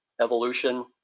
Evolution